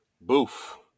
Boof